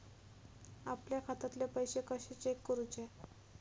आपल्या खात्यातले पैसे कशे चेक करुचे?